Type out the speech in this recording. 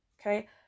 okay